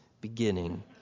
beginning